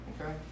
okay